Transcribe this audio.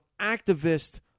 activist